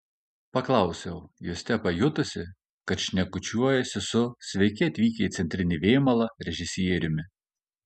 paklausiau juste pajutusi kad šnekučiuojuosi su sveiki atvykę į centrinį vėmalą režisieriumi